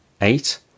Eight